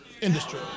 industry